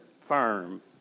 firm